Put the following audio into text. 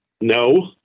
No